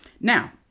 Now